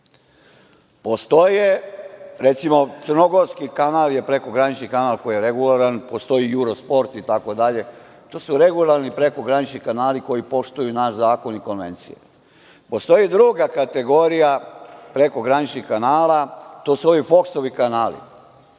Postoje, recimo, crnogorski kanal je prekogranični kanal koji je regularan, postoji „Juro sport“ itd, to su regularni prekogranični kanali koji poštuju naš zakon i konvencije. Postoji druga kategorija prekograničnih kanala, to su ovi „Foksovi“ kanali,